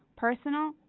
personal,